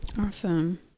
Awesome